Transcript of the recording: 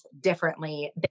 differently